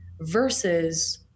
versus